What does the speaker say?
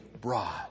broad